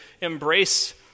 embrace